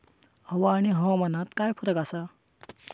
हवा आणि हवामानात काय फरक असा?